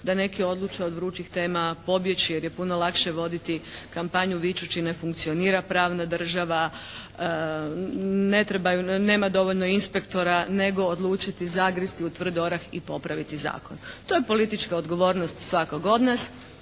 da neki odluče od vrućih tema pobjeći jer je puno lakše voditi kampanju vičući ne funkcionira pravna država, nema dovoljno inspektora nego odlučiti zagristi u tvrd orah i popraviti zakon. To je politička odgovornost svakog od nas.